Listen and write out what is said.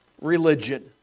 religion